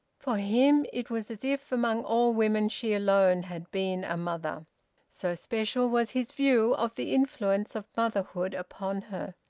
for him, it was as if among all women she alone had been a mother so special was his view of the influence of motherhood upon her.